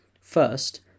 First